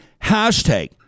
hashtag